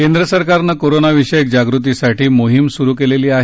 केंद्र सरकारनं कोरोनाविषयी जागृतीसाठी मोहीम सुरु केली आहे